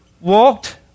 walked